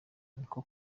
niko